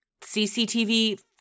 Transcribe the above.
CCTV